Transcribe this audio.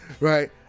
right